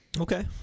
Okay